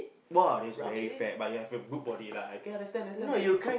!wow! that's very fat but you have a good body lah okay lah understand understand